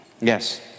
yes